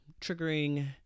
triggering